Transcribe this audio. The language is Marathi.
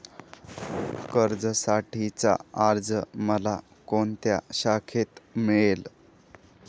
कर्जासाठीचा अर्ज मला कोणत्या शाखेत मिळेल?